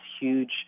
huge